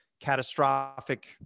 catastrophic